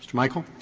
michael